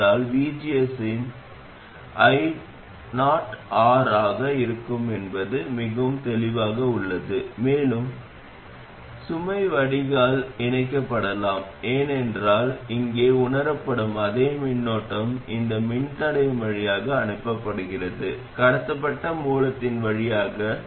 இந்த விஷயத்தில் நான் இந்த திட்டத்தை மிகவும் விரிவாக விவாதிக்கவில்லை ஆனால் ஒரு டிரான்சிஸ்டரின் வெளியீட்டு மின்னோட்டம் அல்லது வடிகால் மின்னோட்டத்தை கொடுக்கப்பட்ட மின்னோட்டத்திற்கு மாற்றுவது ii நாங்கள் ஏற்கனவே ஒரு சார்பு நோக்கத்திற்காக அதை ஏற்கனவே செய்துள்ளோம்